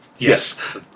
Yes